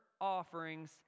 offerings